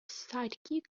sidekick